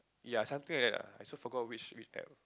ya something like that ah I also forgot which which App